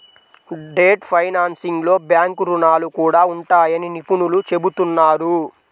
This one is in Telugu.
డెట్ ఫైనాన్సింగ్లో బ్యాంకు రుణాలు కూడా ఉంటాయని నిపుణులు చెబుతున్నారు